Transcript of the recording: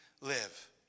live